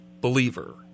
believer